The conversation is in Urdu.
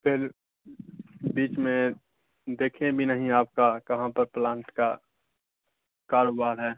پھر بیچ میں دیکھیں بھی نہیں آپ کا کہاں پر پلانٹ کا کاروبار ہے